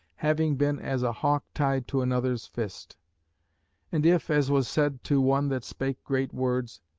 having been as a hawk tied to another's fist and if, as was said to one that spake great words,